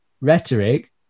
rhetoric